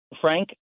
Frank